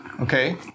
Okay